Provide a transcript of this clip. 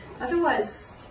Otherwise